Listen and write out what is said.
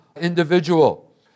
individual